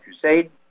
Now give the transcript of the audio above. Crusade